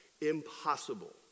impossible